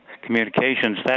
communications